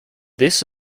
this